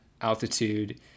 altitude